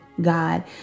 God